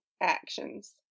actions